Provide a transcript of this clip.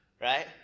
right